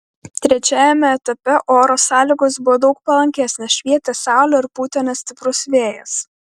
trečiajame etape oro sąlygos buvo daug palankesnės švietė saulė ir pūtė nestiprus vėjas